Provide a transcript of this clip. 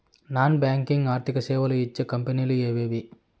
Non banking ఆర్థిక సేవలు ఇచ్చే కంపెని లు ఎవేవి?